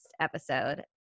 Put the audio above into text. episode